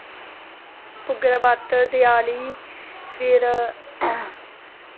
भुग्गे दा ब्रत दियाली फिर